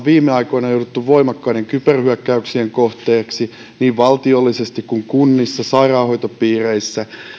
viime aikoina joutuneet voimakkaiden kyberhyökkäyksien kohteeksi niin valtiollisesti kuin kunnissa ja sairaanhoitopiireissä